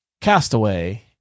Castaway